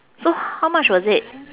so how much was it